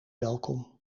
welkom